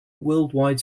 worldwide